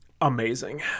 Amazing